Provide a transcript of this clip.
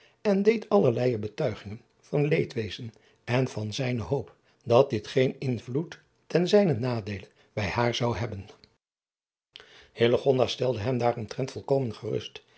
en deed allerleije betuigingen van leedwezen en van zijne hoop dat dit geen invloed ten zijnen nadeele bij haar zou hebben stelde hem daaromtrent volkomen gerust